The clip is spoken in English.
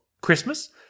Christmas